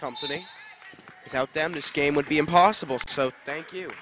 company without them this game would be impossible so thank you